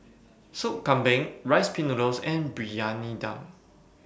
Soup Kambing Rice Pin Noodles and Briyani Dum